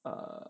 err